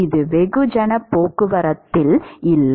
இது வெகுஜனப் போக்குவரத்தில் இல்லை